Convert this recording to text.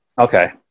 Okay